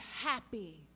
happy